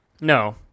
No